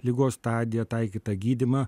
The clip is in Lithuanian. ligos stadiją taikytą gydymą